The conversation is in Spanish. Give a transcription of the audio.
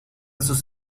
sus